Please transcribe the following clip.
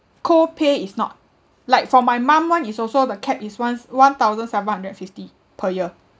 co-pay is not like for my mum [one] is also the cap is ones~ one thousand seven hundred and fifty per year